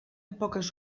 poques